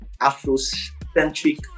Afrocentric